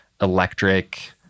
electric